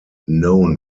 known